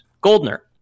Goldner